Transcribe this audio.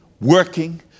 working